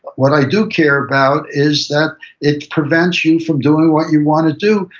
what i do care about is that it prevents you from doing what you want to do,